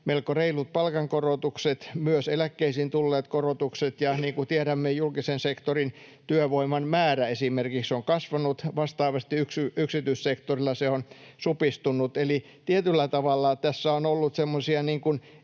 melko reilut palkankorotukset, myös eläkkeisiin tulleet korotukset. Ja niin kuin tiedämme, julkisen sektorin työvoiman määrä esimerkiksi on kasvanut, vastaavasti yksityissektorilla se on supistunut. Eli tietyllä tavalla tässä on ollut semmoisia